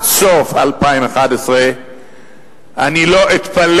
אני לא אתפלא